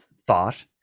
thought